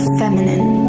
feminine